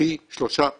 לפי שלושה פרמטרים,